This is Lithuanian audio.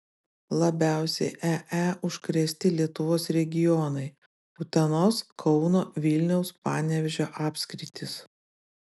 labiausiai ee užkrėsti lietuvos regionai utenos kauno vilniaus panevėžio apskritys